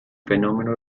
fenómeno